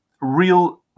real